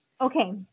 okay